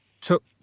took